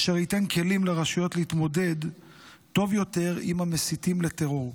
אשר ייתן כלים לרשויות להתמודד טוב יותר עם המסיתים לטרור.